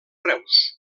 reus